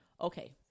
Okay